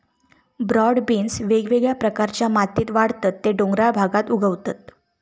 broad beans वेगवेगळ्या प्रकारच्या मातीत वाढतत ते डोंगराळ भागात उगवतत